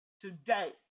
Today